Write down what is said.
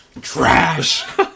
trash